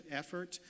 effort